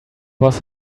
was